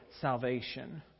salvation